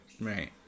Right